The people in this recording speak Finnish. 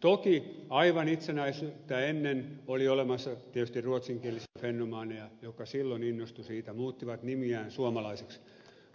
toki aivan itsenäisyyttä ennen oli olemassa tietysti ruotsinkielisiä fennomaaneja jotka silloin innostuivat siitä muuttivat nimiään suomalaisiksi